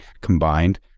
combined